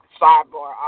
sidebar